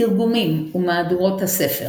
תרגומים ומהדורות הספר